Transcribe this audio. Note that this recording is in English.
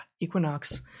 equinox